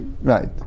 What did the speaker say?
right